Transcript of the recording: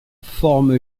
forme